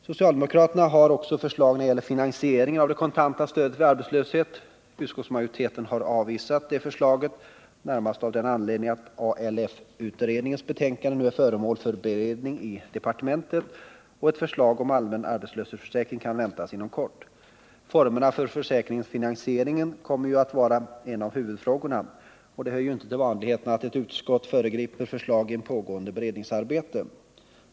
Socialdemokraterna har också ett förslag som gäller finansieringen av det kontanta stödet vid arbetslöshet. Utskottsmajoriteten har avvisat det förslaget, närmast av den anledningen att ALF-utredningens betänkande nu är föremål för beredning i departementet och att ett förslag om allmän arbetslöshetsförsäkring kan väntas inom kort. Formerna för försäkringens finansiering kommer där att vara en av huvudfrågorna. Det hör ju inte till vanligheten att ett utskott föregriper förslag i ett pågående beredningsarbete.